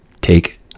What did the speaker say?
Take